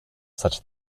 such